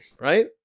right